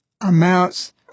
amounts